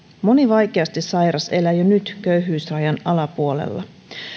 moni vaikeasti sairas elää jo nyt köyhyysrajan alapuolella